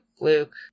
Luke